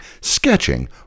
sketching